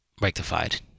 rectified